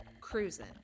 cruising